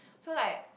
so like